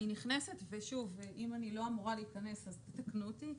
אני נכנסת, ואם אני לא אמורה להיכנס אז תקנו אותי.